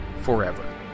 forever